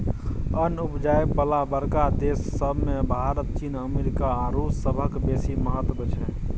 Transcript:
अन्न उपजाबय बला बड़का देस सब मे भारत, चीन, अमेरिका आ रूस सभक बेसी महत्व छै